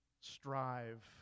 strive